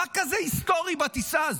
מה כזה היסטורי בטיסה הזו?